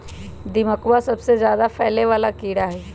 दीमकवा सबसे ज्यादा फैले वाला कीड़ा हई